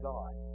God